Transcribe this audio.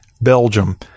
belgium